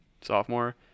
sophomore